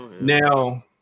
now